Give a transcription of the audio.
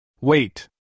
Wait